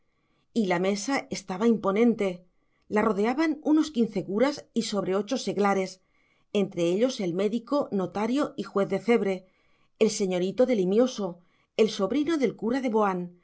y la mesa estaba imponente la rodeaban unos quince curas y sobre ocho seglares entre ellos el médico notario y juez de cebre el señorito de limioso el sobrino del cura de boán